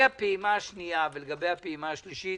והפעימה השלישית